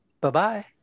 bye-bye